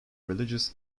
religious